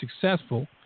successful